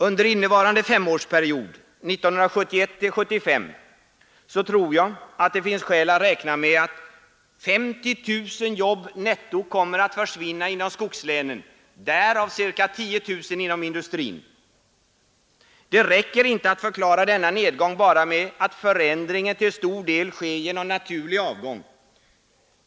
Under innevarande femårsperiod, 1971—1975, tror jag att det finns skäl att räkna med att 50 000 jobb netto kommer att försvinna inom skogslänen, därav ca 10 000 inom industrin. Det räcker inte att förklara denna nedgång med att den till stor del sker genom naturlig avgång.